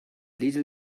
little